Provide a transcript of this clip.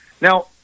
Now